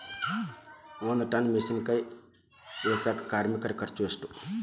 ಒಂದ್ ಟನ್ ಮೆಣಿಸಿನಕಾಯಿ ಇಳಸಾಕ್ ಕಾರ್ಮಿಕರ ಖರ್ಚು ಎಷ್ಟು?